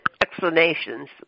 explanations